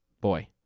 Boy